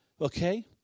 okay